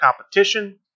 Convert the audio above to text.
competition